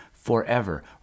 forever